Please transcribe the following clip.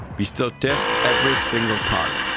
we still test every single part.